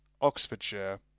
Oxfordshire